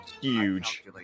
huge